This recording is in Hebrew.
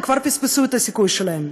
הם כבר פספסו את הסיכוי שלהם.